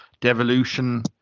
devolution